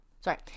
Sorry